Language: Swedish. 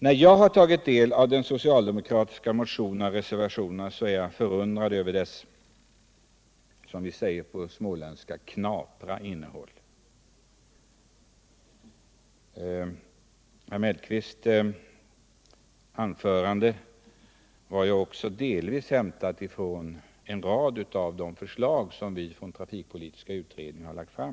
När jag har tagit del av den socialdemokratiska motionen och av reservationerna har jag förundrats över deras, som vi säger på småländska, knapra innehåll. Herr Mellqvists anförande var delvis också hämtat från en rad av de förslag som den trafikpolitiska utredningen har lagt fram.